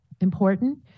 important